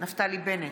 נפתלי בנט,